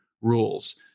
rules